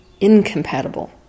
incompatible